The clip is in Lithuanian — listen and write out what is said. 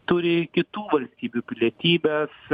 turi kitų valstybių pilietybes